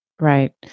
Right